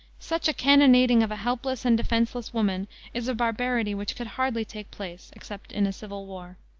such a cannonading of a helpless and defenseless woman is a barbarity which could hardly take place except in a civil war.